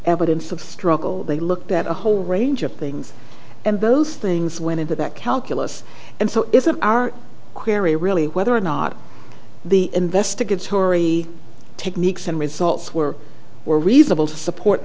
evidence of struggle they looked at a whole range of things and those things went into that calculus and so is an hour where a really whether or not the investigatory techniques and results were were reasonable to support